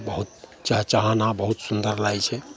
बहुत चहचहाना बहुत सुन्दर लागै छै